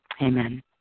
Amen